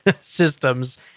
systems